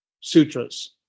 Sutras